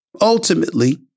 Ultimately